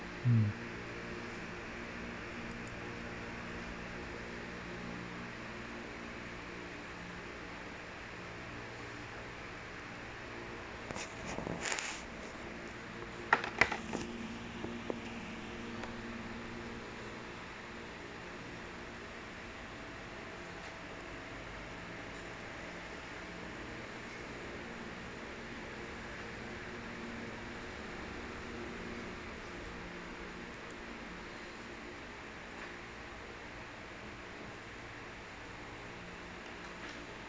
mm